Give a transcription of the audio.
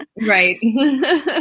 right